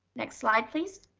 next slide, please.